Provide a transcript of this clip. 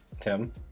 Tim